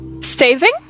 Saving